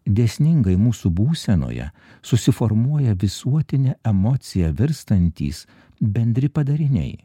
dėsningai mūsų būsenoje susiformuoja visuotinė emocija virstantys bendri padariniai